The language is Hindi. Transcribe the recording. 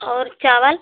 और चावल